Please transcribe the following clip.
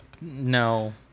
no